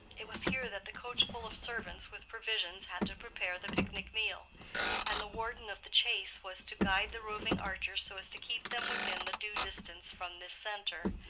it was here that the coachful of servants with provisions had to prepare the picnic meal and the warden of the chase was to guide the roving archers so as to keep them within the due distance from this centre,